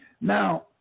Now